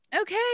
okay